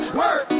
work